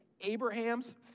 Abraham's